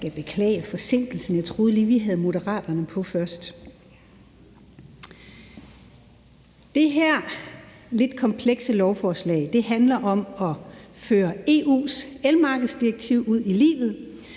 Jeg skal beklage forsinkelsen. Jeg troede lige, at vi havde Moderaterne på først. Det her lidt komplekse lovforslag handler om at føre EU's elmarkedsdirektiv ud i livet